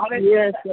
Yes